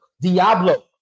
Diablo